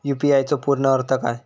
UPI चो पूर्ण अर्थ काय?